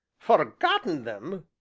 forgotten them?